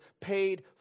paid